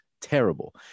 terrible